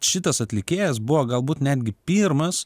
šitas atlikėjas buvo galbūt netgi pirmas